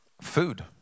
Food